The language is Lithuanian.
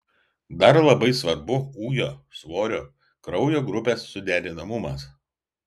dar labai svarbu ūgio svorio kraujo grupės suderinamumas